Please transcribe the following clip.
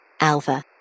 Alpha